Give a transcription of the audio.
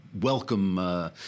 welcome